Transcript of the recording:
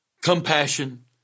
compassion